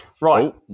Right